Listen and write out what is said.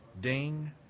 ding